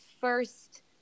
first